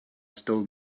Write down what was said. stole